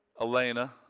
Elena